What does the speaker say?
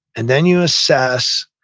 and then you assess,